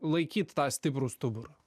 laikyt tą stiprų stuburą